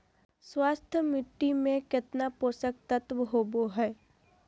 स्वस्थ मिट्टी में केतना पोषक तत्त्व होबो हइ?